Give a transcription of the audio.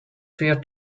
fear